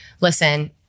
listen